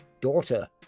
daughter